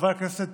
חברי הכנסת